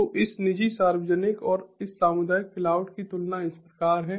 तो इस निजी सार्वजनिक और इस सामुदायिक क्लाउड की तुलना इस प्रकार है